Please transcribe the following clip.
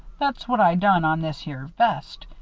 that's what i done on this here vest.